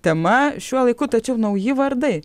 tema šiuo laiku tačiau nauji vardai